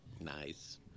Nice